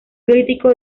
crítico